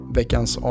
veckans